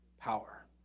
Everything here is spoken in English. power